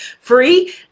free